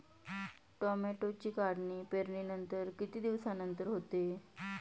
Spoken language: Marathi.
टोमॅटोची काढणी पेरणीनंतर किती दिवसांनंतर होते?